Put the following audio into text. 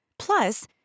Plus